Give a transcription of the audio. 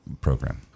program